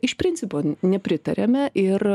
iš principo nepritariame ir